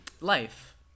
life